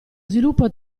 sviluppo